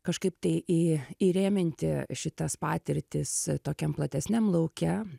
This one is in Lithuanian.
kažkaip tai į įrėminti šitas patirtis tokiam platesniam lauke